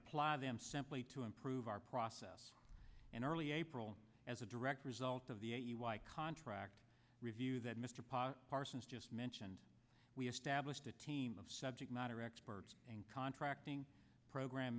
apply them simply to improve our process and early april as a direct result of the contract review that mr potter parsons just mentioned we established a team of subject matter experts and contracting program